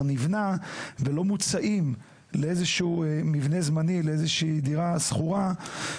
נבנה ולא לאיזושהי דירה שכורה זמנית,